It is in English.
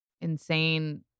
insane